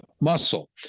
muscle